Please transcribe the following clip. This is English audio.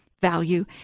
value